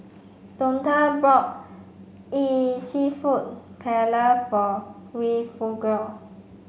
Donta brought Seafood Paella for Refugio